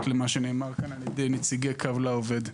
למה שנאמר כאן על ידי נציגי קו לעובד.